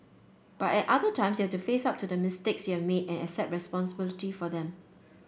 but at other times you have to face up to the mistakes you have made and accept responsibility for them